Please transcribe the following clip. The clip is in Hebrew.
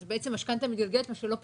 בעצם, משכנתא מתגלגלת זה משהו לא פשוט.